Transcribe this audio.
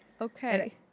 Okay